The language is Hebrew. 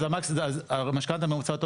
המשכנתא הממוצעת,